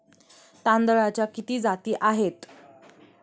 तांदळाच्या किती जाती आहेत?